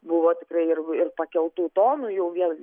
buvo tikrai ir ir pakeltų tonų jau vien